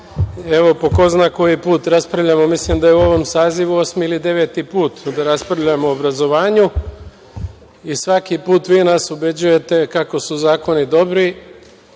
po ko zna koji put raspravljamo, mislim da je u ovom sazivu osmi ili deveti put da raspravljamo o obrazovanju i svaki put vi nas ubeđujete kako su zakoni dobri,